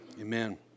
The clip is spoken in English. amen